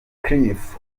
cliff